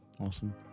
Awesome